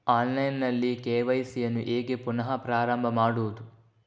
Online ನಲ್ಲಿ KYC ಯನ್ನು ಹೇಗೆ ಪುನಃ ಪ್ರಾರಂಭ ಮಾಡುವುದು?